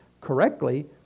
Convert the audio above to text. correctly